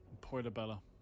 Portobello